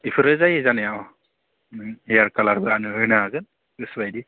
बेफोरो जायो जानाया अ हेयार खालारबो होनो हागोन गोसो बायदि